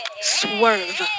swerve